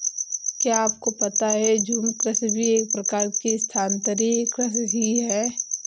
क्या आपको पता है झूम कृषि भी एक प्रकार की स्थानान्तरी कृषि ही है?